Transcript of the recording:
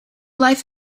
life